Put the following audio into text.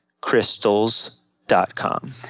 crystals.com